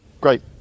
great